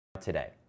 today